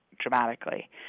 dramatically